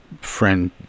friend